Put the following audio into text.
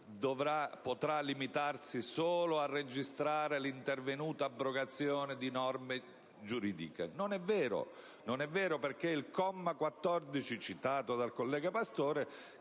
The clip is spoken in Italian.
potrà limitarsi solo a registrare l'intervenuta abrogazione di norme giuridiche. Ciò non è vero, perché il comma 14 citato dal collega Pastore